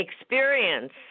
experience